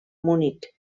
munic